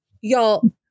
y'all